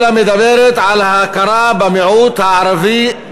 אלא מדברת על ההכרה במיעוט הערבי,